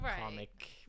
Comic